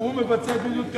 הוא מבצע את מדיניות קדימה,